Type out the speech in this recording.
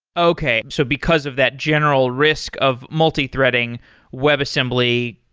okay. so because of that general risk of multithreading webassembly,